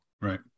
Right